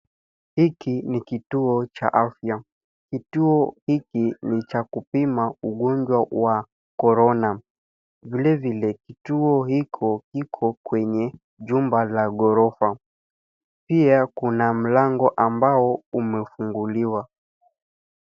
Hiki ni kituo cha afya ,kituo hiki ni cha kupima ugonjwa wa corona vile vile kituo Iko iko kwenye chumba la ghorofa pia kuna mlango ambao umefunguliwa.